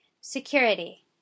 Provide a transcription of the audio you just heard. Security